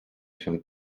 się